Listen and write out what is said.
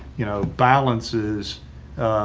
you know, balances,